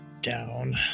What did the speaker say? down